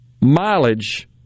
mileage